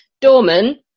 Dorman